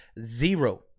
Zero